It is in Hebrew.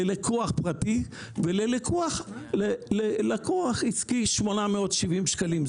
ללקוח פרטי וללקוח עסקי עולה 870 שקלים.